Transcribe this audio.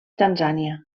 tanzània